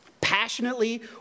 passionately